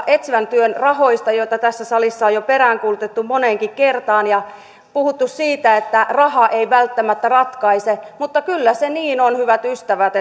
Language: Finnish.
etsivän nuorisotyön rahoista joita tässä salissa on jo peräänkuulutettu moneenkin kertaan ja puhuttu siitä että raha ei välttämättä ratkaise mutta kyllä se niin on hyvät ystävät